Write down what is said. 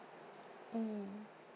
mm